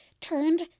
turned